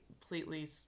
completely